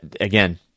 again